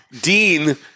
Dean